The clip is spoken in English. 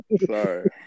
Sorry